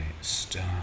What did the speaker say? start